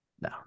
No